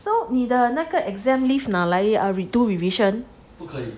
so 你的那个 exam leave 拿来啊 do revision